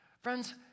Friends